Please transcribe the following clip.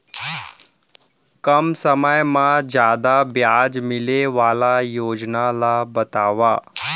कम समय मा जादा ब्याज मिले वाले योजना ला बतावव